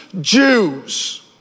Jews